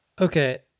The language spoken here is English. okay